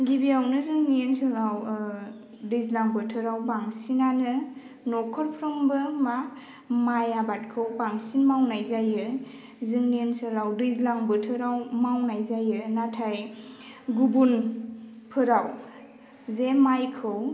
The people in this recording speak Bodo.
गिबियावनो जोंनि ओनसोलाव दैज्लां बोथोराव बांसिनआनो नखरफ्रोमबो मा माइ आबादखौ बांसिन मावनाय जायो जोंनि ओनसोलाव दैज्लां बोथोराव मावनाय जायो नाथाय गुबुन फोराव जे माइखौ